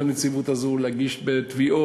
לנציבות הזאת יש סמכויות להגיש תביעות,